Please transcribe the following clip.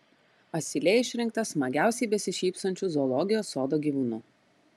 asilė išrinkta smagiausiai besišypsančiu zoologijos sodo gyvūnu